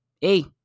hey